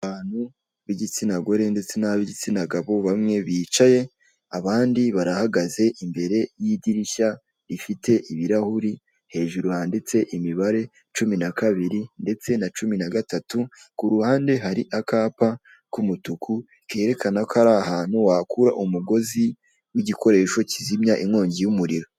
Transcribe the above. Abantu b'igitsina gore ndetse n'ab'igitsina gabo, bamwe bicaye abandi barahagaze imbere y'idirishya rifite ibirahuri, hejuru handitse imibare, cumi na kabiri ndetse na cumi na gatatu, ku ruhande hari akapa k'umutuku kerekana ko ari ahantu wakura umugozi w'igikoresho kizimya inkongi y'umuriro.